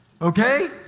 Okay